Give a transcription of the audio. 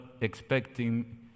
expecting